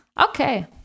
okay